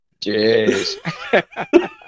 Jeez